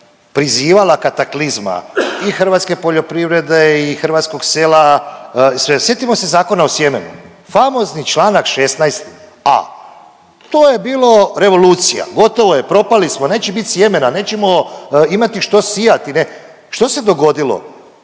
prizivala kataklizma i hrvatske poljoprivrede i hrvatskog sela sve. Sjetimo se Zakona o sjemenu. Famozni članak 16a. To je bilo revolucija, gotovo je, propali smo, neće bit sjemena, nećemo imati što sijati. Što se dogodilo?